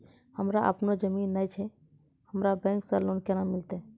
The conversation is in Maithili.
हमरा आपनौ जमीन नैय छै हमरा बैंक से लोन केना मिलतै?